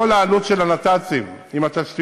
זה כל העלות של הנת"צים, עם התשתיות.